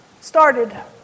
started